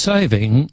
Saving